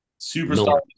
superstar